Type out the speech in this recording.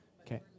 Okay